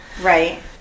Right